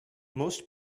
most